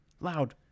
loud